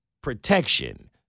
protection